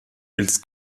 ils